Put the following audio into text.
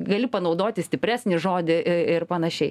gali panaudoti stipresnį žodį ir panašiai